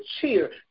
cheer